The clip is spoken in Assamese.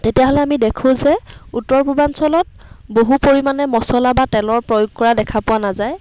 তেতিয়াহ'লে আমি দেখোঁ যে উত্তৰ পূৰ্বাঞ্চলত বহু পৰিমাণে মচলা বা তেলৰ প্ৰয়োগ কৰা দেখা পোৱা নাযায়